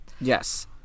Yes